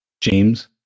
James